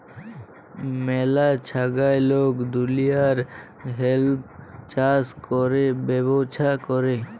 ম্যালা জাগায় লক দুলিয়ার হেম্প চাষ ক্যরে ব্যবচ্ছা ক্যরে